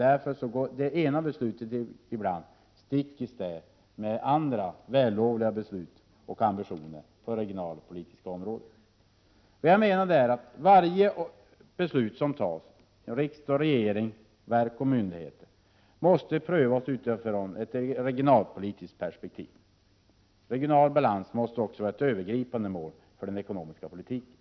Därför går ibland ett beslut stick i stäv med andra, vällovliga beslut och även ambitioner på det regionalpolitiska området. Varje beslut som tas i riksdag och regering eller hos verk och myndigheter måste enligt min mening prövas utifrån ett regionalpolitiskt perspektiv. Vidare måste regional balans vara ett övergripande mål för den ekonomiska politiken.